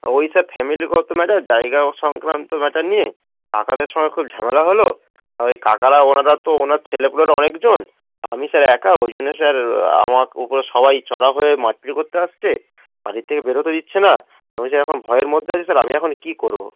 ওই স্যার ফ্যামিলিগত ম্যাটার জায়গা সংক্রান্ত ম্যাটার নিয়ে কাকাদের সঙ্গে খুব ঝামেলা হলো ওই কাকারা ওনারা তো ওনার ছেলে পুলের অনেকজন আমি স্যার একা ওই জন্যন্য স্যার আমার ও সবাই চড়া হয়ে মারপিট করতে আসছে বাড়ির থেকে বেরোতে দিচ্ছে না আমি স্যার এখন ভয়ের মধ্যে আছি স্যার আমি এখন কি করবো